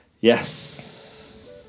Yes